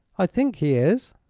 i think he is.